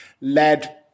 led